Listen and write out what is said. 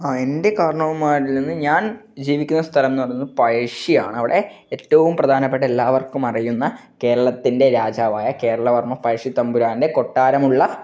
ആ എൻ്റെ കാരണവന്മാരിൽ നിന്ന് ഞാൻ ജീവിക്കുന്ന സ്ഥലം എന്ന് പറഞ്ഞത് പഴശ്ശിയാണ് അവിടെ ഏറ്റവും പ്രധാനപ്പെട്ട എല്ലാവർക്കും അറിയുന്ന കേരളത്തിൻ്റെ രാജാവായ കേരള വർമ്മ പഴശ്ശി തമ്പുരാൻ്റെ കൊട്ടാരമുള്ള